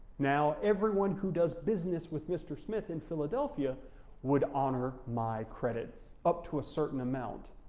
now, everyone who does business with mr. smith in philadelphia would honor my credit up to a certain amount.